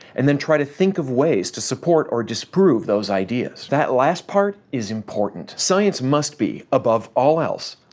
and then try to think of ways to support or disprove those ideas. that last part is important. science must be, above all else,